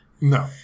No